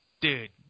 dude